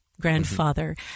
grandfather